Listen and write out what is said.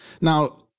Now